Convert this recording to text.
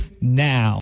now